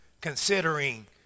considering